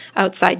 outside